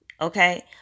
Okay